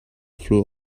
flew